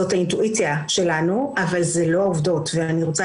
זאת האינטואיציה שלנו אבל אלה לא העובדות ואני רוצה